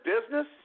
business